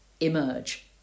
emerge